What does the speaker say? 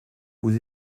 vous